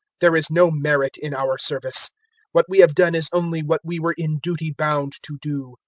there is no merit in our service what we have done is only what we were in duty bound to do